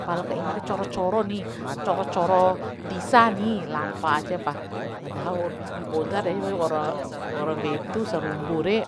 Pala ka ima re coro coro ni coro coro disa ni lampa ajepa padahal waur bibi poda re waura waura wedu sarumbu re